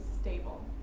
stable